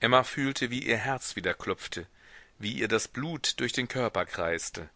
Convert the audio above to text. emma fühlte wie ihr herz wieder klopfte wie ihr das blut durch den körper kreiste